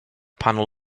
panel